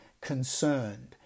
concerned